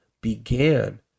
began